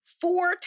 four